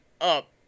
up